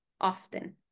often